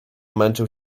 męczył